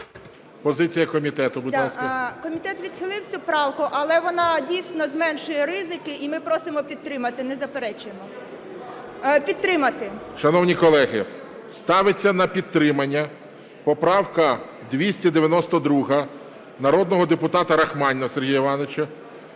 Позиція комітету, будь ласка. 13:14:25 БЕЗУГЛА М.В. Комітет відхилив цю правку, але вона дійсно зменшує ризики і ми просимо підтримати, не заперечуємо. Підтримати. ГОЛОВУЮЧИЙ. Шановні колеги, ставиться на підтримання поправка 292 народного депутата Рахманіна Сергія Івановича.